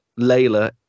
Layla